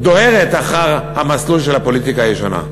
דוהרת אחר המסלול של הפוליטיקה הישנה.